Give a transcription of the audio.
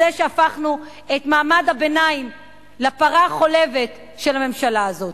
שהפכנו את מעמד הביניים לפרה החולבת של הממשלה הזאת.